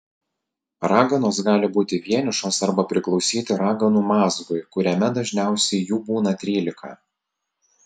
raganos gali būti vienišos arba priklausyti raganų mazgui kuriame dažniausiai jų būna trylika